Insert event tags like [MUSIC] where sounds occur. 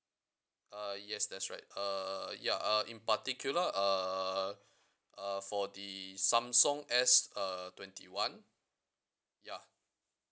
uh yes that's right uh ya uh in particular uh [BREATH] uh for the Samsung S uh twenty one ya